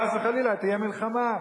חס וחלילה תהיה מלחמה.